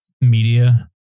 media